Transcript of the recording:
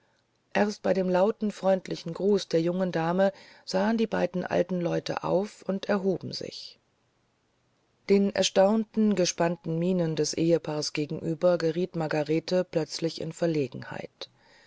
erst bei dem lauten freundlichen gruß der jungen dame sahen die beiden alten leute auf und erhoben sich den erstaunten gespannten mienen des ehepaares gegenüber geriet margarete plötzlich in verlegenheit